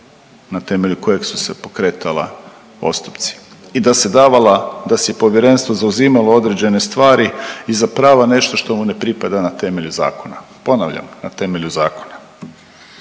na temelju kojeg su se pokretala postupci. I da se davala, da si je povjerenstvo zauzimalo određene stvari i za prava nešto šta mu ne pripada na temelju zakona, ponavljam na temelju zakona.